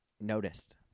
noticed